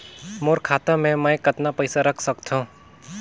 मोर खाता मे मै कतना पइसा रख सख्तो?